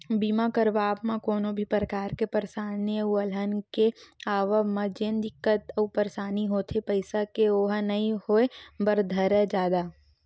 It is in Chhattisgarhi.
बीमा करवाब म कोनो भी परकार के परसानी अउ अलहन के आवब म जेन दिक्कत अउ परसानी होथे पइसा के ओहा नइ होय बर धरय जादा